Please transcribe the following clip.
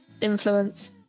influence